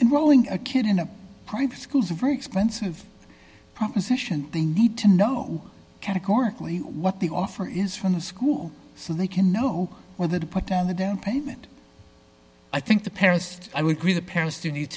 in rolling a kid in a private schools a very expensive proposition they need to know categorically what the offer is from the school so they can know whether to put down the down payment i think the parents i would agree the parents do need